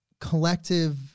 collective